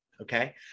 okay